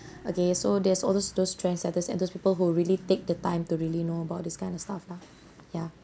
okay so there's all those those trend setters and those people who really take the time to really know about this kind of stuff lah ya